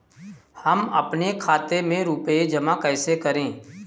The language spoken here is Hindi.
हम अपने खाते में रुपए जमा कैसे करें?